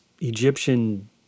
Egyptian